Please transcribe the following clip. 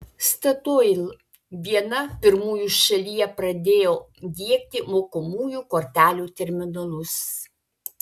statoil viena pirmųjų šalyje pradėjo diegti mokamųjų kortelių terminalus